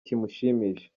kimushimisha